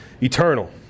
eternal